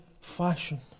fashion